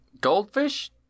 Goldfish